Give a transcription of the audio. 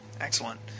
Excellent